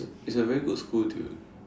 it is a very good school to